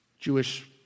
Jewish